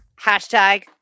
hashtag